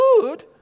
good